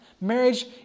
Marriage